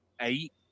eight